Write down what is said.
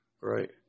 Right